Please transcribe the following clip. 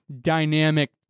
dynamic